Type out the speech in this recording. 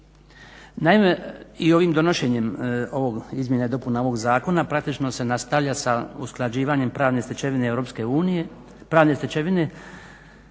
Naime, i ovim donošenjem ovog izmjene i dopune ovog zakona praktično se nastavlja sa usklađivanjem pravne stečevine, odnosno